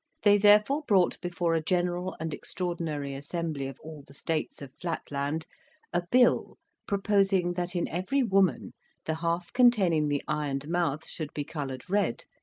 they therefore brought before a general and extraordinary assembly of all the states of flatland a bill proposing that in every woman the half containing the eye and mouth should be coloured red,